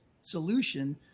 solution